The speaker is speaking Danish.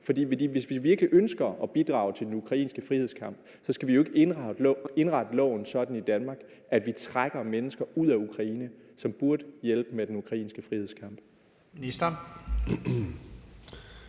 For hvis vi virkelig ønsker at bidrage til den ukrainske frihedskamp, skal vi jo ikke indrette loven sådan i Danmark, at vi trækker mennesker ud af Ukraine, som burde hjælpe med den ukrainske frihedskamp.